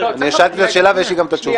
אני שאלתי את השאלה ויש לי גם את התשובה.